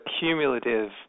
cumulative